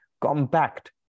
Compact